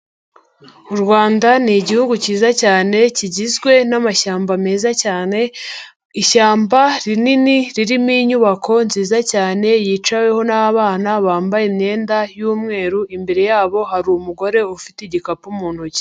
U Rwanda ni igihugu cyiza cyane kigizwe n'amashyamba meza cyane, ishyamba rinini ririmo inyubako nziza cyane yicaweho n'bana bambaye imyenda y'umweru imbere yabo hari umugore ufite igikapu mu ntoki.